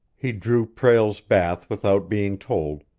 he drew prale's bath without being told,